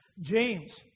James